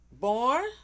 born